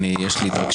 מה זה הדבר הזה?